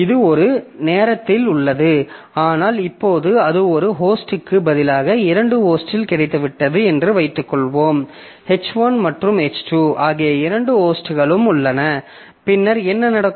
இது ஒரே நேரத்தில் உள்ளது ஆனால் இப்போது அது ஒரு ஹோஸ்டுக்கு பதிலாக 2 ஹோஸ்டில் கிடைத்துவிட்டது என்று வைத்துக்கொள்வோம் H1 மற்றும் H2 ஆகிய இரண்டு ஹோஸ்ட்கள் உள்ளன பின்னர் என்ன நடக்கும்